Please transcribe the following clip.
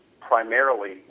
primarily